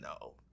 no